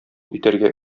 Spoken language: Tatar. итәргә